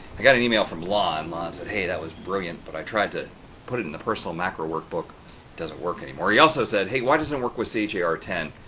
i got an email from lon. lon said hey, that was brilliant, but i tried to put it in the personal macro workbook doesn't work anymore. he also said hey, why doesn't work with char ten?